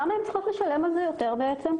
למה הן צריכות לשלם על זה יותר בעצם?